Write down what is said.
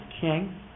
king